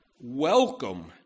Welcome